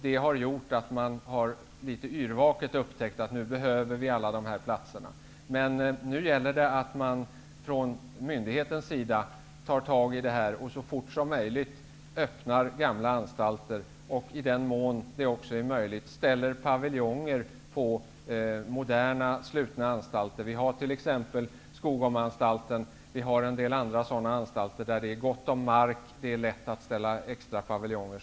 Det har gjort att man nu litet yrvaket har upptäckt att alla platser behövs. Nu gäller det att från myndighetens sida ta tag i problemet och så fort som möjligt öppna gamla anstalter. I den mån det är möjligt kan paviljonger på moderna slutna anstalter ställas till förfogande. Som exempel finns Skogomeanstalten. Det finns en del andra anstalter med gott om mark och där det är lätt att ställa upp extra paviljonger.